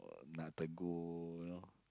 uh nak tegur you know